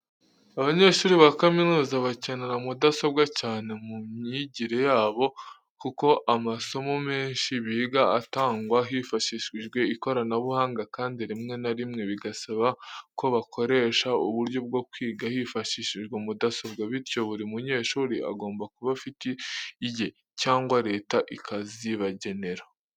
Abanyeshuri ba kaminuza bakenera mudasobwa cyane mu myigire yabo, kuko amasomo menshi biga atangwa hifashishijwe ikoranabuhanga, kandi rimwe na rimwe bigasaba ko bakoresha uburyo bwo kwiga hifashishijwe mudasobwa. Bityo, buri munyeshuri agomba kuba afite iye, cyangwa Leta ikazibagenera.